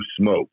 smoke